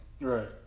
Right